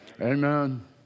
Amen